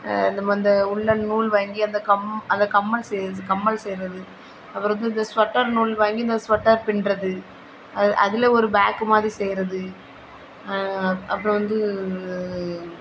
நம்ம அந்த உள்ளன் நூல் வாங்கி அந்த கம் அந்த கம்மல் செய்ய அந்த கம்மல் செய்கிறது அப்புறம் வந்து இந்த ஸ்வெட்டர் நூல் வாங்கி இந்த ஸ்வெட்டர் பின்னுறது அது அதில் ஒரு பேக்கு மாதிரி செய்கிறது அப்புறம் வந்து இந்த